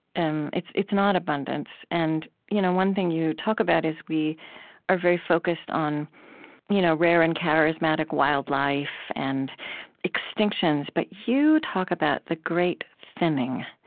and it's it's not abundance. and you know one thing you talk about is, we are very focused on you know rare and charismatic wildlife, and extinctions, but you talk about the great thinning.